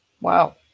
Wow